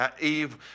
Eve